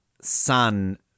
sun